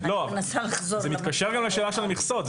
זה מתקשר גם לשאלה של המכסות.